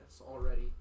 already